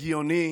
הגיוני